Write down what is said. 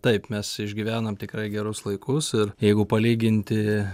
taip mes išgyvenam tikrai gerus laikus ir jeigu palyginti